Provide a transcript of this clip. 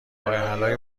راهحلهای